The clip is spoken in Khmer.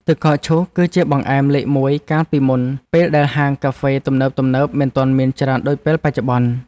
ទឹកកកឈូសគឺជាបង្អែមលេខមួយកាលពីមុនពេលដែលហាងកាហ្វេទំនើបៗមិនទាន់មានច្រើនដូចពេលបច្ចុប្បន្ន។